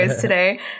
today